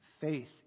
Faith